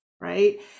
Right